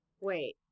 Wait